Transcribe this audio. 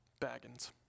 Baggins